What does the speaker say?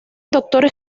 doctores